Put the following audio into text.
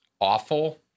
awful